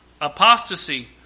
apostasy